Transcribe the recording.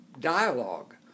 dialogue